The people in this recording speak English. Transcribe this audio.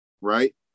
right